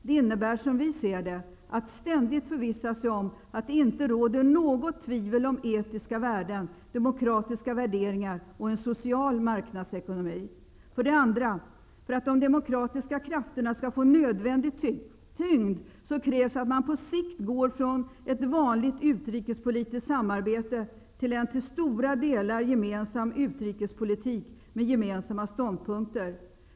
Det innebär, som vi ser det, att man ständigt måste förvissa sig om att det inte råder något tvivel om etiska värden, demokratiska värderingar och en social marknadsekonomi. För det andra krävs det, för att de demokratiska krafterna skall få nödvändig tyngd, att man på sikt går från ett vanligt utrikespolitiskt samarbete till en till stora delar gemensam utrikespolitik med gemensamma ståndpunkter.